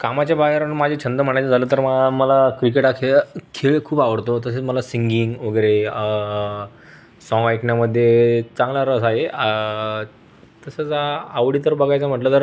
कामाच्या बाहेर माझे छंद म्हणायचे झालं तर म मला क्रिकेट हा खेळ खेळ खूप आवडतो तसेच मला सिंगींग वगैरे साँग ऐकण्यामध्ये चांगला रस आहे तसंच आवडी तर बघायचं म्हटलं तर